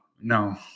No